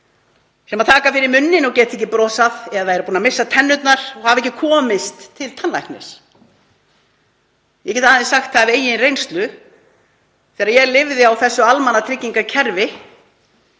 sem taka fyrir munninn og geta ekki brosað eða eru búnir að missa tennurnar, hafa ekki komist til tannlæknis. Ég get aðeins sagt það af eigin reynslu þegar ég lifði á almannatryggingakerfinu